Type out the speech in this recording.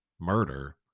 murder